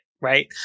right